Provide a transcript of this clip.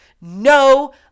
No